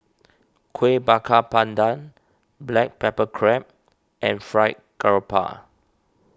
Kueh Bakar Pandan Black Pepper Crab and Fried Garoupa